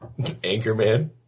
Anchorman